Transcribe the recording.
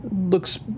looks